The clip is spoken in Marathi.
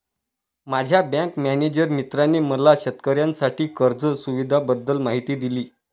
माझ्या बँक मॅनेजर मित्राने मला शेतकऱ्यांसाठी कर्ज सुविधांबद्दल माहिती दिली